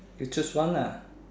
you choose one ah